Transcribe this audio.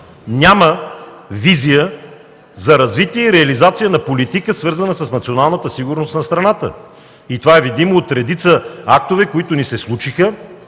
няма визия за развитие и реализация на политика, свързана с националната сигурност на страната. Това е видимо от редица актове, които ни се случиха